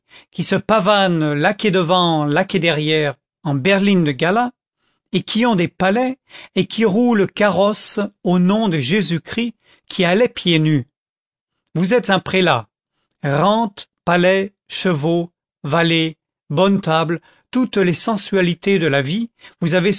qui se pavanent laquais devant laquais derrière en berline de gala et qui ont des palais et qui roulent carrosse au nom de jésus-christ qui allait pieds nus vous êtes un prélat rentes palais chevaux valets bonne table toutes les sensualités de la vie vous avez